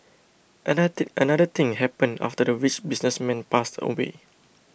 another another thing happened after the rich businessman passed away